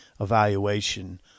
evaluation